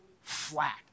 flat